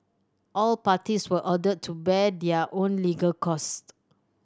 all parties were ordered to bear their own legal costs